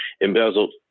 embezzled